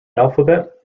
alphabet